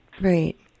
Right